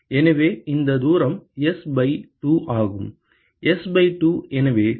எனவே இந்த தூரம் S பை 2 ஆகும் S பை 2